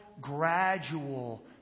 gradual